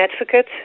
advocate